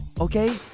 okay